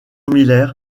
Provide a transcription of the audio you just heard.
miller